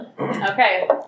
Okay